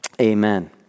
amen